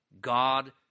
God